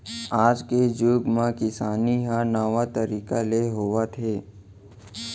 आज के जुग म किसानी ह नावा तरीका ले होवत हे